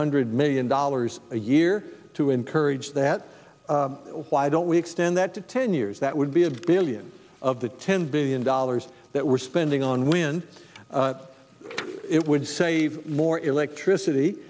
hundred million dollars a year to encourage that why don't we extend that to ten years that would be of billions of the ten billion dollars that we're spending on when it would save more electricity